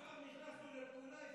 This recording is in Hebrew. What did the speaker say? עכשיו נכנסנו לפעולה.